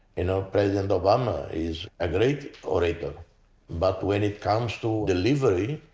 you know president obama is a great orator but when it comes to delivery,